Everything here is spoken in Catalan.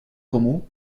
comú